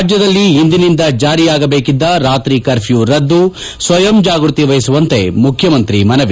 ರಾಜ್ಯದಲ್ಲಿ ಇಂದಿನಿಂದ ಜಾರಿಯಾಗಬೇಕಿದ್ದ ರಾತ್ರಿ ಕರ್ಫ್ಯೂ ರದ್ದು ಸ್ವಯಂ ಜಾಗೃತಿ ವಹಿಸುವಂತೆ ಮುಖ್ಯಮಂತ್ರಿ ಮನವಿ